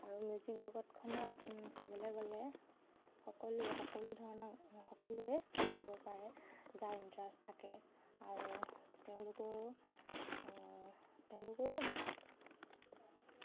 আৰু মিউজিক জগতখনত ক'বলৈ গ'লে সকলো সকলো ধৰণৰ সকলোৱে আহিব পাৰে যাৰ ইণ্টাৰেষ্ট থাকে আৰু সকলো তেওঁলোকৰো